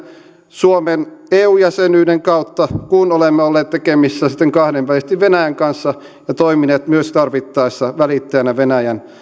suomen eu jäsenyyden kautta kun olemme olleet tekemisissä sitten kahdenvälisesti venäjän kanssa ja toimineet myös tarvittaessa välittäjänä venäjän